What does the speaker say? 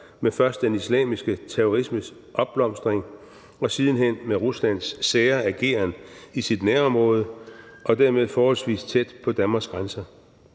med først den islamiske terrorismes opblomstring og siden hen med Ruslands sære ageren i sit nærområde og dermed forholdsvis tæt på Danmarks grænser.